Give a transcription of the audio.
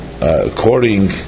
according